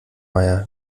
meier